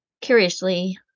curiously